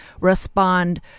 respond